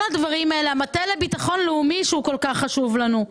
המטה לביטחון לאומי שהוא כל כך חשוב לנו.